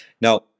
Now